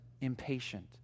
impatient